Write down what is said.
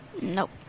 Nope